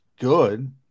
good